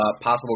possible